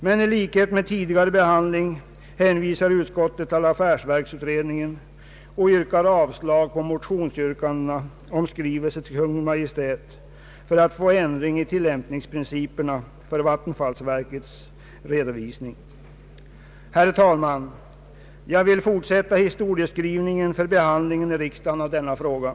Men i likhet med vad som skett vid tidigare behandling hänvisar utskottet till affärsverksutredningen och yrkar avslag på motionsyrkandena om skrivelse till Kungl. Maj:t för att få änd Herr talman! Jag vill fortsätta historieskrivningen beträffande behandlingen i riksdagen av denna fråga.